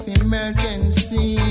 emergency